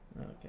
Okay